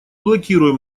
блокируем